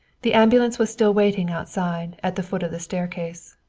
the ambulance was still waiting outside, at the foot of the staircase.